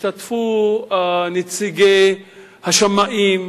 השתתפו נציגי השמאים,